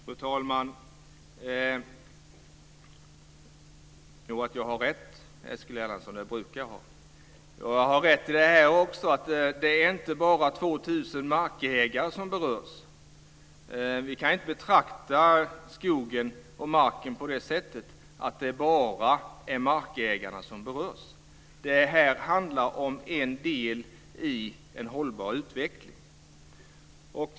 Fru talman! Jag tror nog att jag har rätt, Eskil Erlandsson. Det brukar jag ha. Jag har också rätt i att det inte bara är 2 000 markägare som berörs. Vi kan inte betrakta skogen och marken på ett sådant sätt att det bara är markägarna som berörs. Det här handlar om en del i en hållbar utveckling.